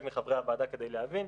מחברי הוועדה כדי להבין.